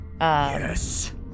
Yes